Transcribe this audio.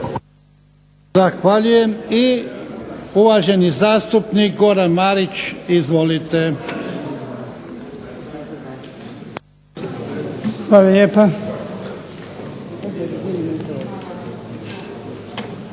Zahvaljujem. I uvaženi zastupnik Goran Marić. Izvolite. **Marić,